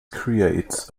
creates